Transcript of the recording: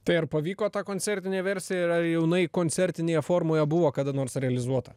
tai ar pavyko tą koncertinė versija ir ar jinai koncertinėje formoje buvo kada nors realizuota